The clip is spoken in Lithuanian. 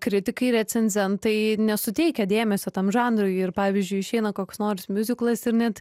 kritikai recenzentai nesuteikia dėmesio tam žanrui ir pavyzdžiui išeina koks nors miuziklas ir net